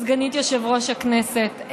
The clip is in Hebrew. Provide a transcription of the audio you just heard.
סגנית יושב-ראש הכנסת.